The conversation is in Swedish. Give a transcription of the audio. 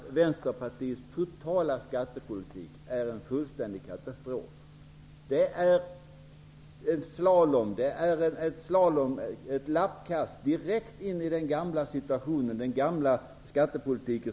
Vänsterpartiets totala skattepolitik är faktiskt en fullständig katastrof. Man gör ett lappkast direkt tillbaka till den gamla skattepolitiken.